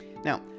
Now